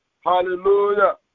Hallelujah